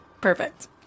Perfect